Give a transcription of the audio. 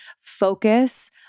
focus